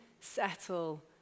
settle